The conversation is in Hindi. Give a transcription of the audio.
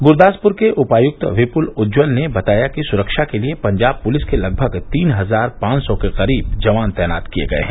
गुरदासपुर के उपायुक्त विपुल उज्जवल ने बताया कि सुरक्षा के लिए पंजाब पुलिस के लगभग तीन हजार पांच सौ के करीब जवान तैनात किए गए हैं